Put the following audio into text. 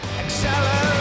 Accelerate